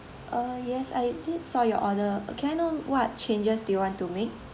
uh yes I did saw your order can I know what changes do you want to make